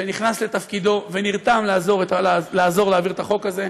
שנכנס לתפקידו ונרתם לעזור להעביר את החוק הזה.